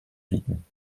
bieten